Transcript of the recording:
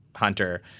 Hunter